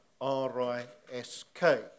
R-I-S-K